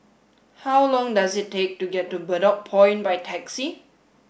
how long does it take to get to Bedok Point by taxi